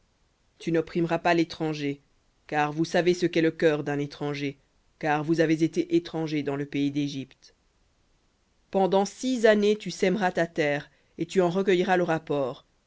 tu n'opprimeras pas l'étranger car vous savez ce qu'est le cœur d'un étranger car vous avez été étrangers dans le pays dégypte pendant six années tu sèmeras ta terre et tu en recueilleras le rapport